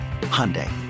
Hyundai